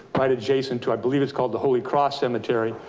right adjacent to, i believe it's called the holy cross cemetery.